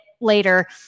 later